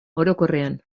orokorrean